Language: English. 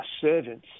servants